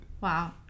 wow